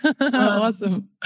awesome